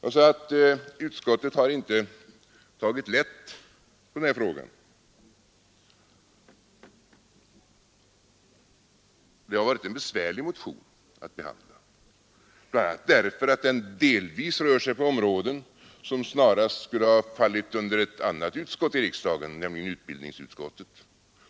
Jag sade att utskottet inte har tagit lätt på den här frågan. Det har varit en besvärlig motion att behandla, bl.a. därför att den delvis rör sig på områden som snarast skulle ha fallit under ett annat utskott i riksdagen, nämligen utbildningsutskottet.